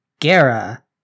Gera